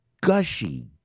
gushy